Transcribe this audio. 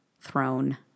throne